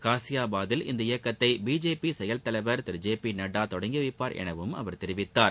காஸியாபாதில் இயக்கத்தை பிஜேபி செயல் இந்த தலைவர் திரு ஜே பி நட்டா தொடங்கி வைப்பார் எனவும் அவர் தெரிவித்தார்